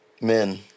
Men